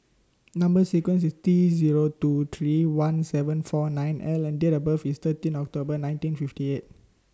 Number sequence IS T Zero two three one seven four nine L and Date of birth IS thirteen October nineteen fifty eight